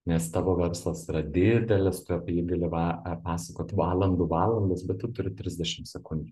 nes tavo verslas yra didelis tu apie jį gali va pasakot valandų valandas bet tu turi trisdešim sekundžių